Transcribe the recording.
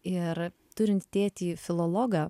ir turint tėtį filologą